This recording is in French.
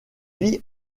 vit